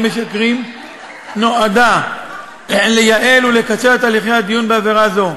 משכרים נועדה לייעל ולקצר את הליכי הדיון בעבירה זו.